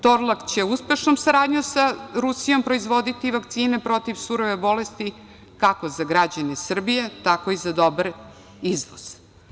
Torlak će uspešnom saradnjom sa Rusijom proizvoditi vakcine protiv surove bolesti, kako za građane Srbije, tako i za izvoz.